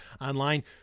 online